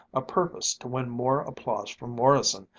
a purpose to win more applause from morrison,